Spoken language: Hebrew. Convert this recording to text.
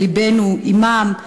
ולבנו עמם,